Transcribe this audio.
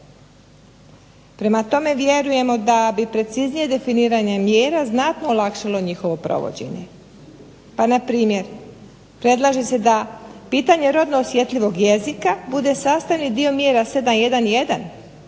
Prema tome, vjerujemo da bi preciznije definiranje mjera znatno olakšalo njihovo provođenje, pa npr. predlaže se da pitanje rodno osjetljivog jezika bude sastavni dio mjera 711